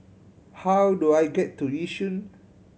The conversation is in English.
how do I get to Yishun